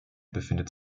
befindet